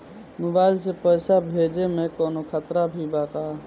Mobile से पैसा भेजे मे कौनों खतरा भी बा का?